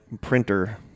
printer